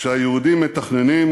שהיהודים מתכננים,